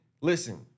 listen